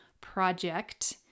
project